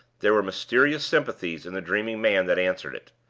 there were mysterious sympathies in the dreaming man that answered it.